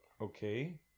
Okay